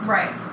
Right